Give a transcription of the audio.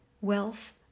wealth